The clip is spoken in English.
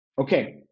okay